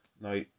Now